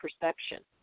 perception